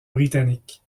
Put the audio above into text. britannique